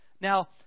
Now